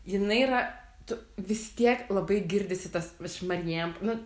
jinai yra tu vis tiek labai girdisi tas iš marijėmp nu